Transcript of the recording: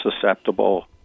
susceptible